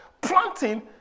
Planting